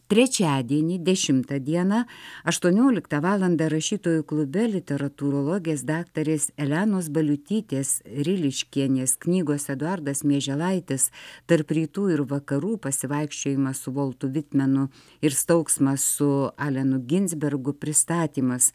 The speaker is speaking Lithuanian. trečiadienį dešimtą dieną aštuonioliktą valandą rašytojų klube literatūrologės daktarės elenos baliutytės riliškienės knygos eduardas mieželaitis tarp rytų ir vakarų pasivaikščiojimas su voltu vitmenu ir staugsmas su alenu ginsbergu pristatymas